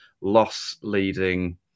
loss-leading